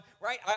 right